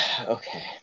Okay